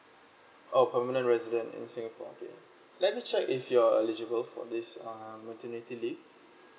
oh permanent resident in singapore okay let me check if you're eligible for this err maternity leave